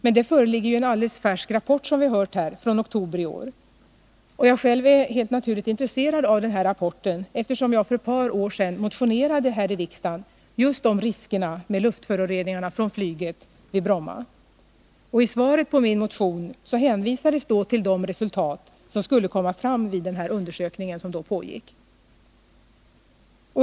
Men det föreligger ju en alldeles färsk rapport, som vi har hört här, från oktober i år. Jag själv är helt naturligt intresserad av denna rapport, eftersom jag för ett par år sedan motionerade här i riksdagen just om riskerna med luftföroreningarna från flyget vid Bromma. I svaret på min motion hänvisades då till de resultat som skulle komma fram vid den undersökning som pågick.